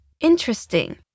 Interesting